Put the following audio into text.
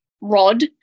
rod